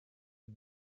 had